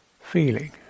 feeling